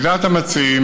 לדעת המציעים,